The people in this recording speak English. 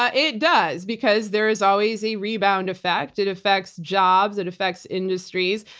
ah it does, because there is always a rebound effect. it affects jobs, it affects industries.